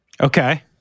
Okay